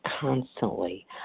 constantly